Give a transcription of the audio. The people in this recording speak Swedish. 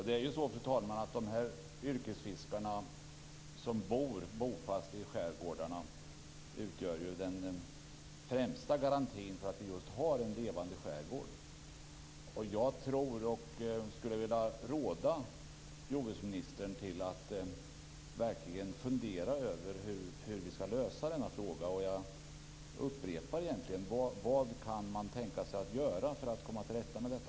Fru talman! De yrkesfiskare som bor bofast i skärgårdarna utgör ju den främsta garantin för en levande skärgård. Jag skulle vilja råda jordbruksministern att verkligen fundera över hur vi skall lösa frågan. Jag upprepar: Vad kan man tänka sig att göra för att komma till rätta med detta?